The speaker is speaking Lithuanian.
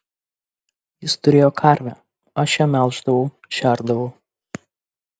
jis turėjo karvę aš ją melždavau šerdavau